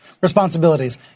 responsibilities